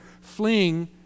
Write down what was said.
fleeing